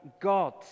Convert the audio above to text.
God